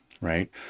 right